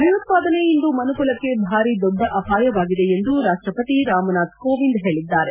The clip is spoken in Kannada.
ಭಯೋತ್ಸಾದನೆ ಇಂದು ಮನುಕುಲಕ್ಷೆ ಭಾರಿ ದೊಡ್ಡ ಅಪಾಯವಾಗಿದೆ ಎಂದು ರಾಷ್ಮಪತಿ ರಾಮನಾಥ್ ಕೋವಿಂದ್ ಹೇಳಿದ್ದಾರೆ